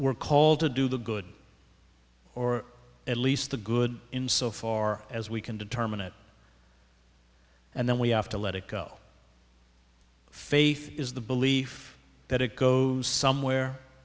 we're called to do the good or at least the good in so far as we can determine it and then we have to let it go faith is the belief that it goes somewhere